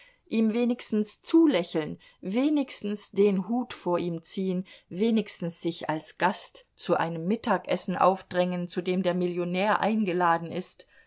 ihm wenigstens zulächeln wenigstens den hut vor ihm ziehen wenigstens sich als gast zu einem mittagessen aufdrängen zu dem der millionär eingeladen ist